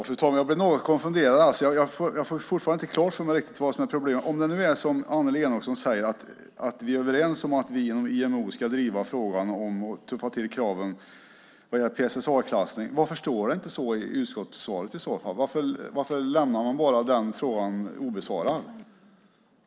Fru talman! Jag blir något konfunderad. Jag får fortfarande inte klart för mig riktigt vad som är problemet. Om det nu är som Annelie Enochson säger, att vi är överens om att vi inom IMO ska driva frågan och tuffa till kraven vad gäller PSSA-klassning, varför står det inte så i utskottssvaret i så fall? Varför lämnar man bara den frågan obesvarad?